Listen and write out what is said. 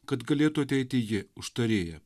kad galėtų ateiti ji užtarėja